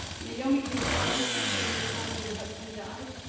naomi, we were all with you during the time when your husband died,